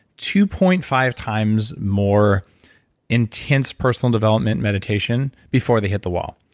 two point five times more intense personal development meditation before they hit the wall.